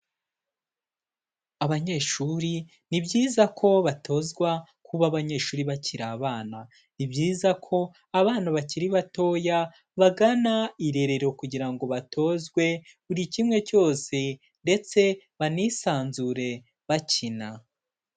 Abanyeshuri ni byiza ko batozwa kuba abanyeshuri bakiri abana, ni byiza ko abana bakiri batoya bagana irerero kugira ngo batozwe buri kimwe cyose ndetse banisanzure bakina.